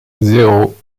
zéro